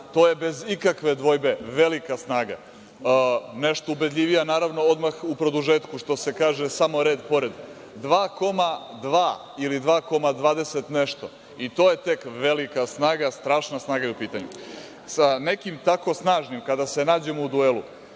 To je bez ikakve dvojbe velika snaga, nešto ubedljivija, naravno, odmah u produžetku, što se kaže, samo red pored, 2,2 ili 2,20 i nešto i to je tek velika snaga, strašna snaga je u pitanju. Sa nekim tako snažnim kada se nađemo u duelu,